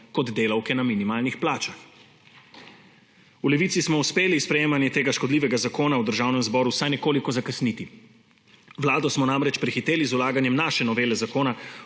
kot delavke na minimalnih plačah. V Levici smo uspeli sprejemanje tega škodljivega zakona v Državnem zboru vsaj nekoliko zakasniti. Vlado smo namreč prehiteli z vlaganjem naše novele Zakona